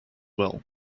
well